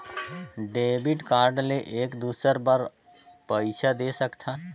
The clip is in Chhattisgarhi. डेबिट कारड ले एक दुसर बार पइसा दे सकथन?